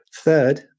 Third